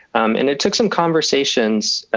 um and it took some conversations,